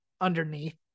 underneath